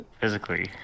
physically